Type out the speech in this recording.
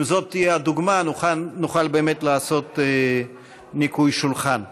אם זו תהיה הדוגמה, נוכל באמת לעשות ניקוי שולחן.